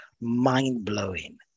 mind-blowing